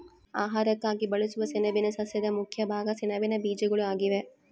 ಆಹಾರಕ್ಕಾಗಿ ಬಳಸುವ ಸೆಣಬಿನ ಸಸ್ಯದ ಮುಖ್ಯ ಭಾಗ ಸೆಣಬಿನ ಬೀಜಗಳು ಆಗಿವೆ